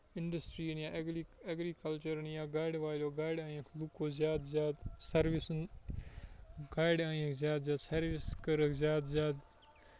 اِنڈسٹرین یا ایٚگ ایٚگریکَلچُرن یا گاڈِ والیو گاڈِ اَنیکھ لُکو زیادٕ زیادٕ سٔروِسِنگ گاڈِ اَنیکھ زیادٕ زیادٕ سٔروِس کٔرکھ زیادٕ زیادٕ